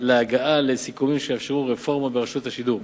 לסיכומים שיאפשרו רפורמה ברשות השידור.